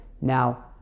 now